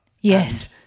yes